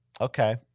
okay